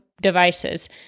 devices